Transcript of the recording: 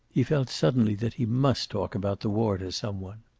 he felt suddenly that he must talk about the war to some one.